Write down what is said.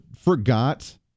forgot